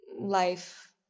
life